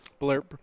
Blurp